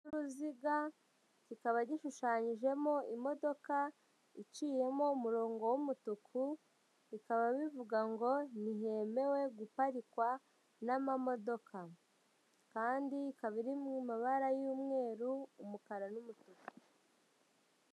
Cy'uruziga kikaba gishushanyijemo imodoka iciyemo umurongo w'umutuku, bikaba bivuga ngo ntihemewe guparikwa n'amamodoka, kandi kikaba iri mu mabara y'umweru, umukara n'umutuku.